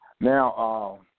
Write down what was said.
now